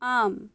आम्